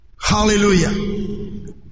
Hallelujah